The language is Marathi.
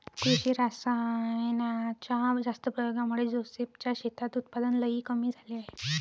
कृषी रासायनाच्या जास्त प्रयोगामुळे जोसेफ च्या शेतात उत्पादन लई कमी झाले आहे